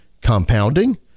compounding